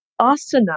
Asana